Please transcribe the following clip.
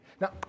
Now